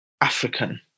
African